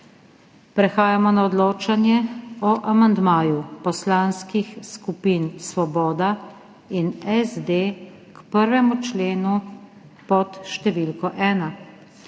Prehajamo na odločanje o amandmaju poslanskih skupin Svoboda in SD k 1. členu pod številko 1.